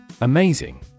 Amazing